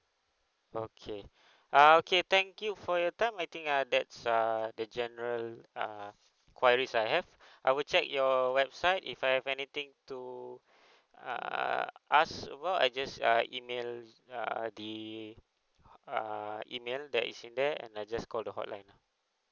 okay uh okay thank you for your time I think uh that's uh the general uh queries I have I will check your website if I have anything to err ask about I just I email uh the err email that is in there and I just call the hotline lah